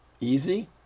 easy